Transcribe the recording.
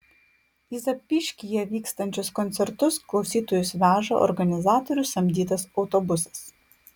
į zapyškyje vykstančius koncertus klausytojus veža organizatorių samdytas autobusas